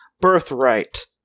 Birthright